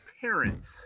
parents